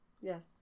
Yes